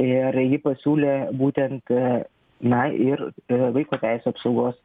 ir ji pasiūlė būtent na ir vaiko teisių apsaugos